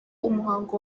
umuhango